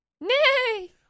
Nay